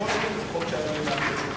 רשות ניירות ערך זה חוק שאני הנחתי על שולחנכם.